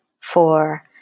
four